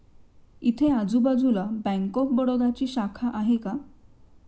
इथे आजूबाजूला bank of बडोदाची शाखा आहे का?